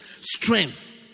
strength